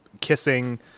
kissing